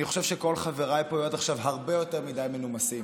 אני חושב שכל חבריי פה היו עד עכשיו הרבה יותר מדי מנומסים.